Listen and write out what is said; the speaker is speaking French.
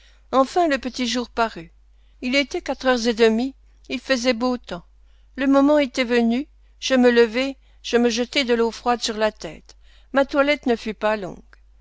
enfin le petit jour parut il était quatre heures et demie il faisait beau temps le moment était venu je me levai je me jetai de l'eau froide sur la tête ma toilette ne fut pas longue